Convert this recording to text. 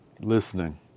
Listening